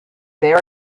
there